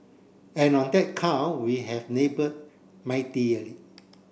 and on that count we have laboured